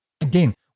Again